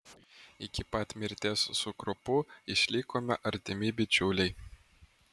iki pat mirties su kruopu išlikome artimi bičiuliai